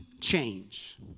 change